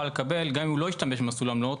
לקבל גם אם הוא לא השתמש במסלול עמלות,